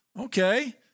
Okay